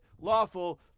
lawful